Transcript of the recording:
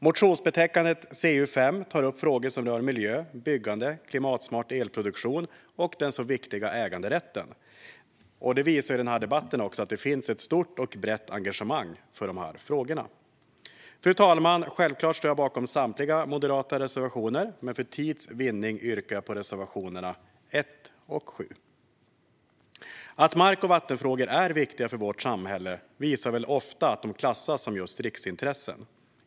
Motionsbetänkandet CU5 tar upp frågor som rör miljö, byggande, klimatsmart elproduktion och den så viktiga äganderätten, och denna debatt visar att det finns ett stort och brett engagemang för dessa frågor. Fru talman! Jag står självklart bakom samtliga moderata reservationer, men för tids vinnande yrkar jag bifall endast till reservationerna 1 och 7. Att mark och vattenfrågor ofta klassas som riksintressen visar att de är viktiga för vårt samhälle.